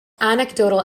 anecdotal